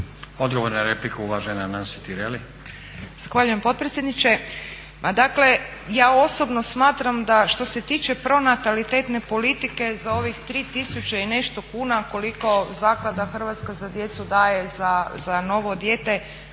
Odgovor na repliku, uvažena Nansi Tireli.